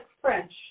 French